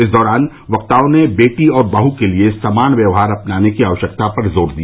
इस दौरान वक्ताओं ने बेटी और बहू के लिये समान व्यवहार अपनाने की आवश्यकता पर जोर दिया